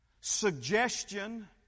suggestion